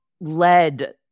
led